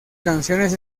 canciones